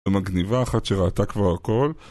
ומגניבה אחת שראיתה כבר הכל